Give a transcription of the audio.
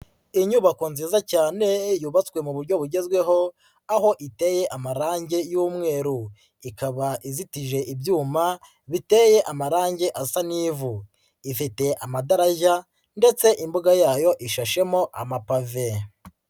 Inyubako nziza cyane yubatswe mu buryo bugezweho aho iteye amarangi y'umweru, ikaba izitije ibyuma biteye amarangi asa n'ivu, ifite amagarajya ndetse imbuga yayo ishashemo amapave.